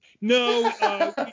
no